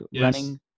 running